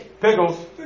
Pickles